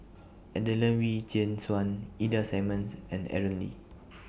Adelene Wee Chin Suan Ida Simmons and Aaron Lee